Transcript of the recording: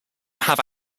have